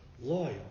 loyal